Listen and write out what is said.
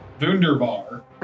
Wunderbar